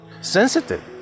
sensitive